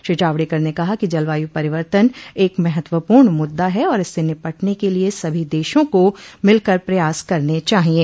श्री जावड़ेकर ने कहा कि जलवायु परिवर्तन एक महत्वपूर्ण मुद्दा है और इससे निपटने के लिए सभी देशों को मिलकर प्रयास करने चाहिएं